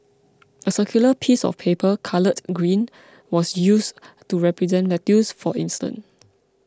a circular piece of paper coloured green was used to represent lettuce for instance